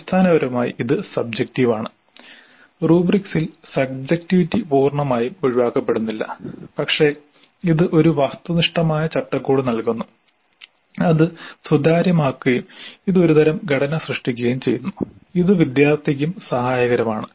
അടിസ്ഥാനപരമായി ഇത് സബ്ജെക്റ്റീവാണ് റുബ്രിക്സിൽ സബ്ജക്റ്റിവിറ്റി പൂർണ്ണമായും ഒഴിവാക്കപ്പെടുന്നില്ല പക്ഷേ ഇത് ഒരു വസ്തുനിഷ്ഠമായ ചട്ടക്കൂട് നൽകുന്നു അത് സുതാര്യമാക്കുകയും ഇത് ഒരുതരം ഘടന സൃഷ്ടിക്കുകയും ചെയ്യുന്നു ഇത് വിദ്യാർത്ഥിക്കും സഹായകരമാണ്